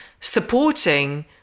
supporting